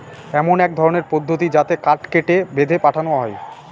এমন এক ধরনের পদ্ধতি যাতে কাঠ কেটে, বেঁধে পাঠানো হয়